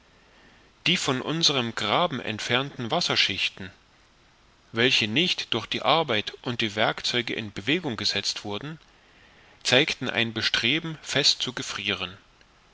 die von unserem graben entfernten wasserschichten welche nicht durch die arbeit und die werkzeuge in bewegung gesetzt wurden zeigten ein bestreben fest zu gefrieren